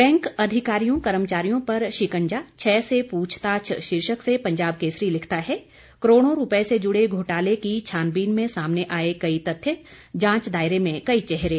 bank अधिकारियों कर्मचारियों पर शिकंजा छह से पूछताछ शीर्षक से पंजाब केसरी लिखता है करोड़ों रूपए से जुड़े घोटाले की छानबीन में सामने आए कई तथ्य जांच दायरे में कई चेहरे